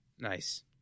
Nice